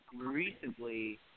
recently